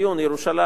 ירושלים,